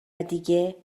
دیگه